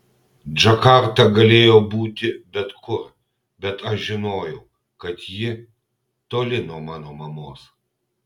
džakarta galėjo būti bet kur bet aš žinojau kad ji toli nuo mano mamos